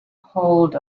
hold